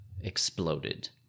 exploded